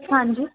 ਹਾਂਜੀ